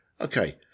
okay